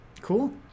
Cool